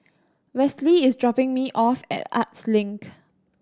Wesley is dropping me off at Arts Link